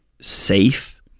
safe